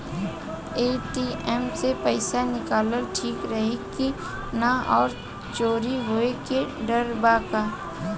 ATM से पईसा निकालल ठीक रही की ना और चोरी होये के डर बा का?